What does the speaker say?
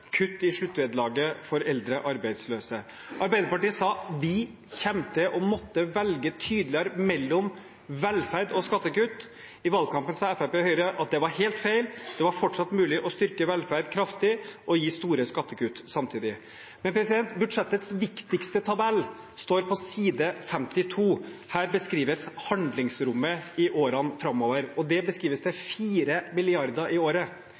kutt i sluttvederlaget for eldre arbeidsløse. Arbeiderpartiet sa at vi kommer til å måtte velge tydeligere mellom velferd og skattekutt. I valgkampen sa Fremskrittspartiet og Høyre at det var helt feil, det var fortsatt mulig å styrke velferd kraftig og gi store skattekutt samtidig. Budsjettets viktigste tabell står på side 52. Her beskrives handlingsrommet i årene framover, og der beskrives det som 4 mrd. kr i året.